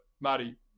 Marty